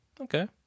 Okay